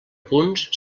punts